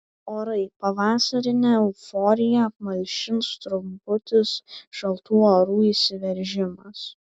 orai pavasarinę euforiją apmalšins trumputis šaltų orų įsiveržimas